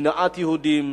שנאת יהודים.